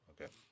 Okay